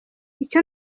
icyo